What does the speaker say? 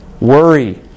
worry